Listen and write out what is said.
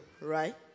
right